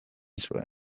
zuen